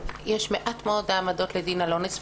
מעט מאוד העמדות לדין על אונס.